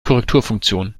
korrekturfunktion